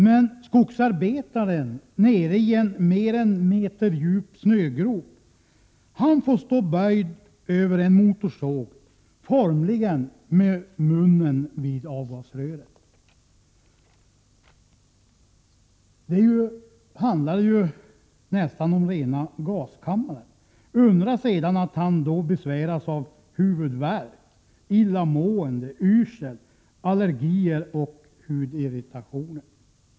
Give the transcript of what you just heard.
Men skogsarbetaren nere i en mer än meterdjup snögrop får stå böjd över en motorsåg med munnen formligen vid avgasröret. Det är ju nästan fråga om rena gaskammaren. Undra på att han då sedan besväras av huvudvärk, illamående, yrsel, allergier och hudirritationer.